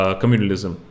communalism